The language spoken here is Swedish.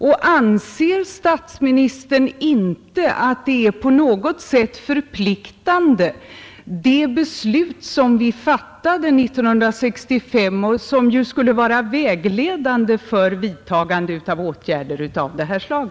Anser inte statsministern att det beslut vi fattade år 1965 på något sätt är förpliktande? Det skulle ju vara vägledande för vidtagande av åtgärder av detta slag.